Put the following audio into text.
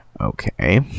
okay